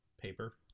paper